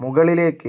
മുകളിലേക്ക്